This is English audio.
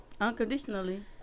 Unconditionally